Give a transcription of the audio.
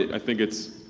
i think it's.